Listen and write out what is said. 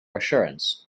assurance